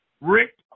Rick